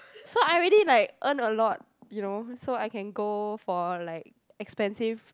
so I already like earned a lot you know so I can go for like expensive